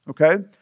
okay